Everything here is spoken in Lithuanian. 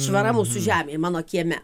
švara mūsų žemėj mano kieme